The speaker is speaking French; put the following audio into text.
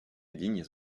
lignes